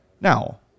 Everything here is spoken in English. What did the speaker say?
Now